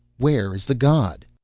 where is the god?